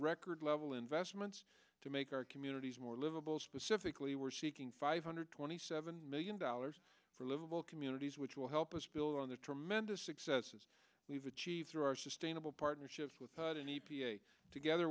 record level investments to make our communities more livable specifically we're seeking five hundred twenty seven million dollars for livable communities which will help us build on the tremendous successes we've achieved through our sustainable partnerships with put an e p a together